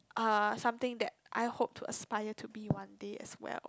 uh something that I hope to aspire to be one day as well